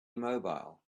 immobile